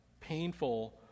painful